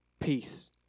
peace